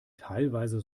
teilweise